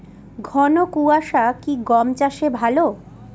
ঘন কোয়াশা কি গম চাষে ভালো?